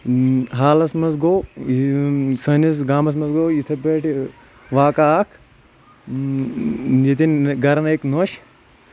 حالَس منٛز گوٚو سٲنِس گامَس منٛز گوٚو یِتھٕے پٲٹھۍ واقعہ اکھ ییٚتہِ أنۍ گرن أکۍ نوش